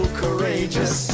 courageous